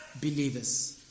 believers